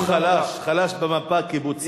הוא חלש, חלש במפה הקיבוצית.